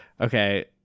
Okay